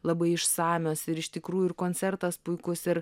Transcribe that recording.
labai išsamios ir iš tikrųjų ir koncertas puikus ir